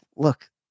Look